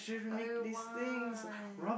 I want